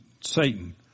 Satan